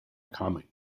comic